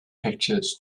pictures